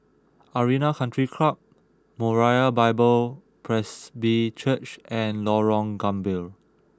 Arena Country Club Moriah Bible Presby Church and Lorong Gambir